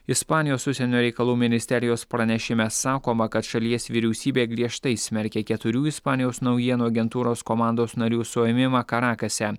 ispanijos užsienio reikalų ministerijos pranešime sakoma kad šalies vyriausybė griežtai smerkia keturių ispanijos naujienų agentūros komandos narių suėmimą karakase